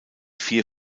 vier